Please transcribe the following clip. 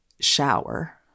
shower